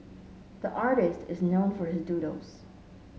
the artist is known for his doodles